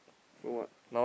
so what